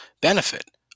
benefit